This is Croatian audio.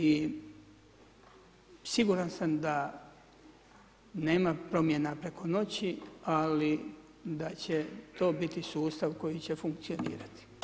I siguran sam da nema promjena preko noći, ali da će to biti sustav koji će funkcionirati.